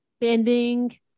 bending